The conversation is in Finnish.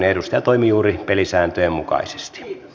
edustaja toimi juuri pelisääntöjen mukaisesti